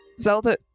Zelda